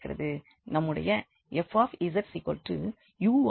நம்முடைய fzuxyivxy